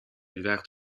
draagt